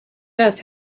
dust